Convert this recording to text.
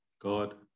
God